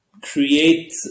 create